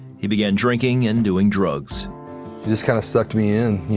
he began drinking and doing drugs. it just kind of sucked me in,